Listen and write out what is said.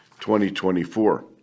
2024